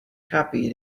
happy